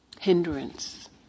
hindrance